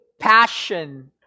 passion